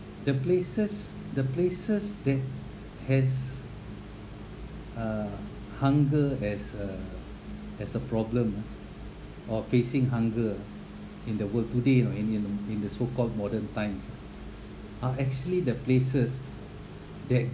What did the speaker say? the places the places that has uh hunger as a as a problem lah or facing hunger in the world today you know in the in the so called modern times are actually the places that